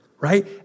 Right